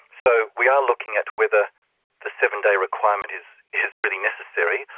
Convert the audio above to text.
so we are looking at whether the seven day requirement is is really necessary,